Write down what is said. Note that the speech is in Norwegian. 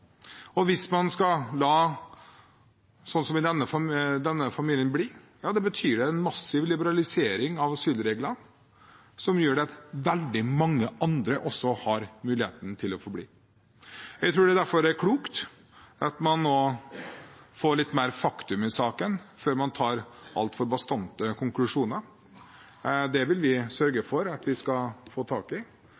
bestemt. Hvis man skal la slike som denne familien bli, betyr det en massiv liberalisering av asylreglene, som gjør at veldig mange andre også har muligheten til å få bli. Jeg tror derfor det er klokt at man nå får litt mer fakta i saken, før man trekker altfor bastante konklusjoner. Det vil vi sørge